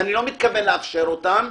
ואני לא מתכוון לאפשר אותן,